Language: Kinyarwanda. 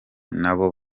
nabo